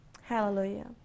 Hallelujah